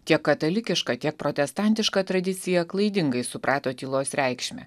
tiek katalikiška kiek protestantiška tradicija klaidingai suprato tylos reikšmę